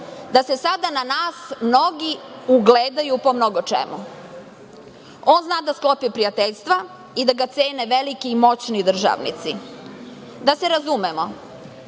da se sada na nas mnogi ugledaju po mnogo čemu. On zna da sklopi prijateljstva i da ga cene veliki i moćni državnici. Da se razumemo,